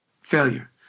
failure